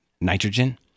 nitrogen